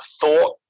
thought